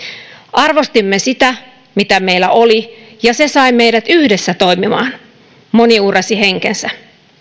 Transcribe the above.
arvostimme sitä mitä meillä oli ja se sai meidät yhdessä toimimaan moni uhrasi henkensä